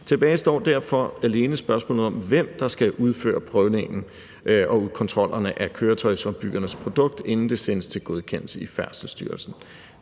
Tilbage står derfor alene spørgsmålet om, hvem der skal udføre prøvningen og kontrollerne af køretøjsopbyggernes produkt, inden det sendes til godkendelse i Færdselsstyrelsen.